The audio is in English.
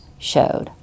showed